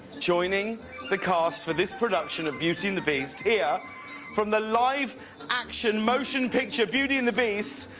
joining the cast for this production of beuty and the beast here from the live action motion picture beuty and the beast,